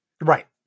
Right